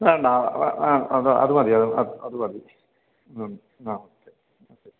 വേണ്ട ആ ആ ആ അത് മതി അത് മതി ങാ ഓക്കെ ഓക്കെ